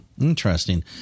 Interesting